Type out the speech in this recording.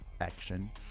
action